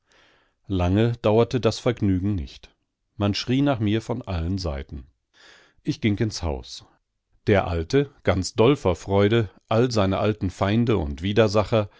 lange dauerte das vergnügen nicht man schrie nach mir von allen seiten ich ging ins haus der alte ganz doll vor freude all seine alten feinde und widersacher